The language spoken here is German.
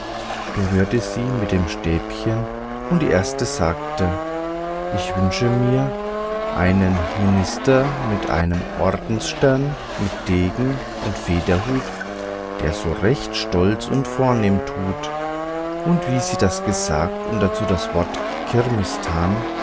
berührte sie mit dem stäbchen und die erste sagte ich wünsche mir einen minister mit einem ordensstern mit degen und federhut der so recht stolz und vornehm tut und wie sie das gesagt und dazu das wort kirmistan